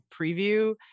preview